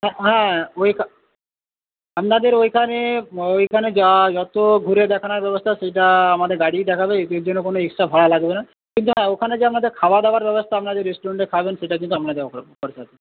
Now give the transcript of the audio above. হ্যাঁ ওই আপনাদের ওইখানে ওইখানে যা যত ঘুরে দেখানোর ব্যবস্থা সেইটা আমাদের গাড়িই দেখাবে এর জন্য কোনো এক্সট্রা ভাড়া লাগবে না কিন্তু হ্যাঁ ওখানে যে আপনাদের খাওয়া দাওয়ার ব্যবস্থা আপনারা যে রেস্টুরেন্টে খাবেন সেটা কিন্তু আপনাদের খরচাতে